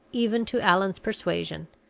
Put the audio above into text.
even to allan's persuasion,